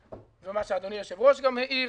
ומה שאדוני היושב-ראש גם העיר,